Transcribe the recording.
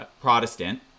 Protestant